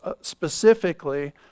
specifically